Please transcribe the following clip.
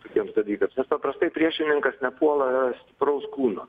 tokiems dalykams nes paprastai priešininkas nepuola stipraus kūno